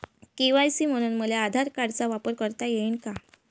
KYC म्हनून मले आधार कार्डाचा वापर करता येईन का?